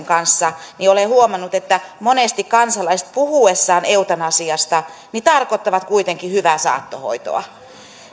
kanssa olen huomannut että monesti kansalaiset puhuessaan eutanasiasta tarkoittavat kuitenkin hyvää saattohoitoa